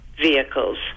vehicles